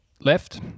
left